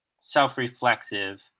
self-reflexive